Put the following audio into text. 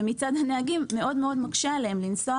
ומצד הנהגים מקשה עליהם מאוד לנסוע